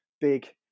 big